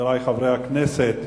חברי חברי הכנסת,